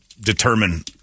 determine